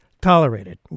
tolerated